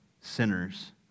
sinners